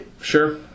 sure